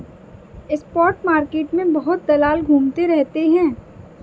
spot market में बहुत दलाल घूमते रहते हैं